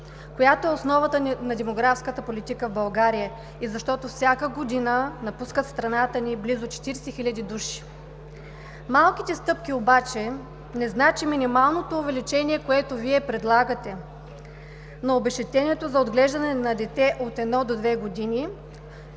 която е основата на демографската политика в България, и защото всяка година напускат страната ни близо 40 хиляди души. Малките стъпки обаче не значат минималното увеличение, което Вие предлагате, но обезщетението за отглеждане на дете от 1 до 2 години